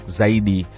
zaidi